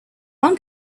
one